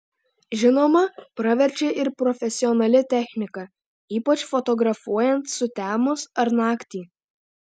žinoma praverčia ir profesionali technika ypač fotografuojant sutemus ar naktį